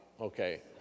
Okay